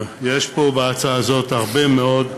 יש פה בהצעה הזאת הרבה מאוד שינויים,